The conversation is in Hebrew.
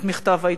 את מכתב ההתפטרות.